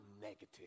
negative